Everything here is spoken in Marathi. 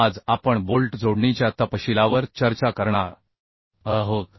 आज आपण बोल्ट जोडणीच्या तपशीलावर चर्चा करणार आहोत